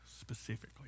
specifically